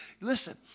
listen